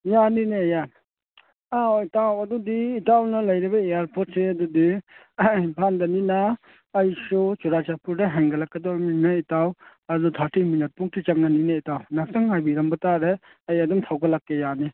ꯌꯥꯅꯤꯅꯦ ꯑꯧ ꯏꯇꯥꯎ ꯑꯗꯨꯗꯤ ꯏꯇꯥꯎꯅ ꯂꯩꯔꯤꯕ ꯏꯌꯥꯔꯄꯣꯔꯠꯁꯦ ꯑꯗꯨꯗꯤ ꯏꯝꯐꯥꯜꯗꯅꯤꯅ ꯑꯩꯁꯨ ꯆꯨꯔꯥꯆꯥꯟꯄꯨꯔꯗꯒꯤ ꯍꯪꯒꯠꯂꯛꯀꯗꯧꯕꯅꯤꯅ ꯏꯇꯥꯎ ꯑꯗꯨ ꯊꯥꯔꯇꯤ ꯃꯤꯅꯤꯠ ꯐꯥꯎꯗꯤ ꯆꯪꯒꯅꯤꯅꯦ ꯏꯇꯥꯎ ꯉꯥꯏꯍꯥꯛꯇꯪ ꯉꯥꯏꯕꯤꯔꯝꯕ ꯇꯥꯔꯦ ꯑꯩ ꯑꯗꯨꯝ ꯊꯧꯒꯠꯂꯛꯀꯦ ꯌꯥꯅꯤ